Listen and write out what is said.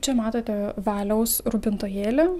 čia matote valiaus rūpintojėlį